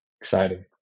exciting